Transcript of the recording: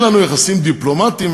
אין לנו יחסים דיפלומטיים,